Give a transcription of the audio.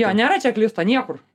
jo nėra čeklisto niekur